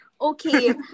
Okay